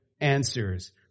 answers